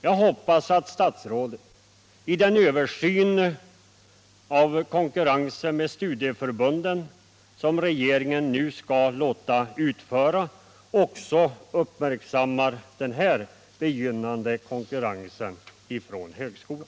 Jag hoppas att statsrådet, i den översyn av konkurrensen med studieförbunden som regeringen nu skall låta utföra, också uppmärksammar den begynnande konkurrensen från högskolan.